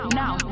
now